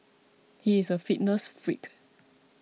he is a fitness freak